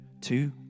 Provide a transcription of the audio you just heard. Two